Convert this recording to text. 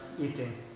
eating